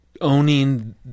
owning